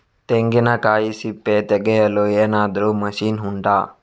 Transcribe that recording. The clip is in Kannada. ತೆಂಗಿನಕಾಯಿ ಸಿಪ್ಪೆ ತೆಗೆಯಲು ಏನಾದ್ರೂ ಮಷೀನ್ ಉಂಟಾ